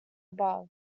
above